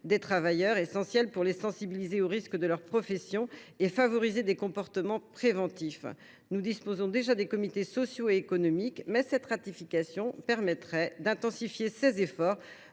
des travailleurs, essentiels pour sensibiliser ces derniers aux risques inhérents à leur profession et pour favoriser les comportements préventifs. Nous disposons déjà des comités sociaux et économiques, mais cette ratification permettrait d’intensifier les efforts